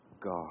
God